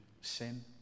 sin